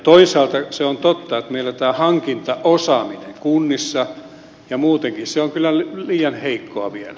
toisaalta se on totta että meillä tämä hankintaosaaminen kunnissa ja muutenkin on kyllä liian heikkoa vielä